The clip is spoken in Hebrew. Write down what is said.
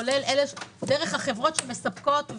כולל דרך החברות שמספקות.